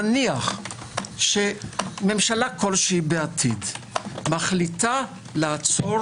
נניח שממשלה כלשהי בעתיד מחליטה לעצור